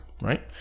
right